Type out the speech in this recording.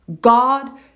God